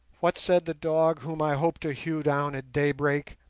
what said the dog whom i hope to hew down at daybreak?